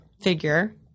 figure